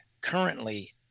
currently